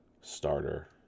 starter